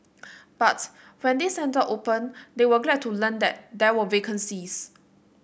but when this centre opened they were glad to learn that there were vacancies